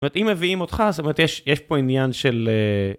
אם מביאים אותך זאת אומרת יש פה עניין של.